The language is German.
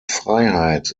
freiheit